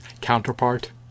counterpart